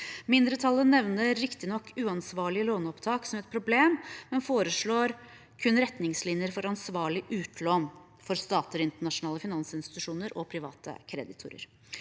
Mindretallet nevner riktignok uansvarlige låneopptak som et problem, men foreslår kun retningslinjer for «ansvarleg utlån for statar, internasjonale finansinstitusjonar og private kreditorar».